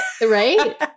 Right